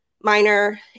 minor